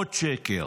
עוד שקר.